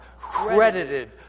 credited